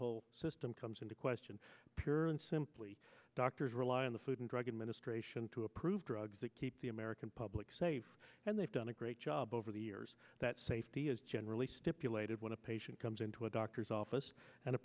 whole system comes into question pure and simply doctors rely on the food and drug administration to approve drugs that keep the american public safe and they've done a great job over the years that safety is generally stipulated when a patient comes into a doctor's office and a